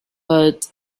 but